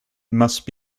must